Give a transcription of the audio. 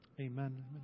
Amen